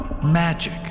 Magic